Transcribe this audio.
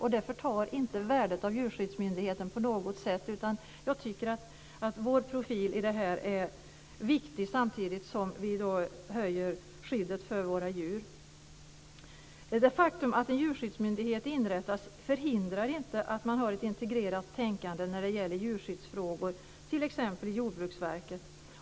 Det förtar inte värdet av djurskyddsmyndigheten på något sätt. Jag tycker att vår profil i det här är viktig, samtidigt som vi ökar skyddet för våra djur. Det faktum att en djurskyddsmyndighet inrättas förhindrar inte att man har ett integrerat tänkande när det gäller djurskyddsfrågor, t.ex. i Jordbruksverket.